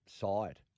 side